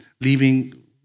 leaving